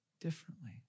differently